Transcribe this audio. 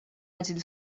àgil